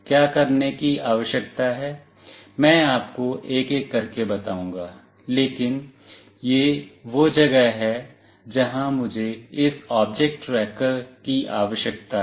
क्या करने की आवश्यकता है मैं आपको एक एक करके बताऊंगा लेकिन यह वह जगह है जहां मुझे इस ऑब्जेक्ट ट्रैकर की आवश्यकता है